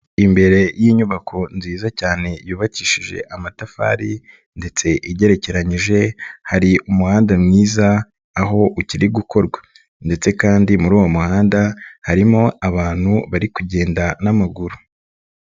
Imbere y'inyubako nziza cyane yubakishije amatafari ndetse igerekeranyije hari umuhanda mwiza aho ukiri gukorwa ndetse kandi muri uwo muhanda harimo abantu bari kugenda n'amaguru.